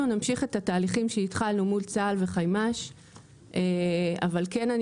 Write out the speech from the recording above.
אנחנו נמשיך את התהליכים שהתחלנו מול צה"ל וחימ"ש אבל כן אני